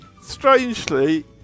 strangely